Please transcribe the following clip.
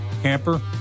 camper